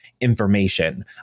information